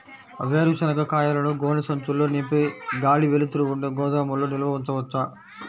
వేరుశనగ కాయలను గోనె సంచుల్లో నింపి గాలి, వెలుతురు ఉండే గోదాముల్లో నిల్వ ఉంచవచ్చా?